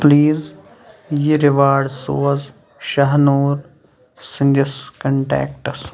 please یہِ رِیواڑ سوز شاہنوٗر سٕنٛدِس کنٹیکٹَس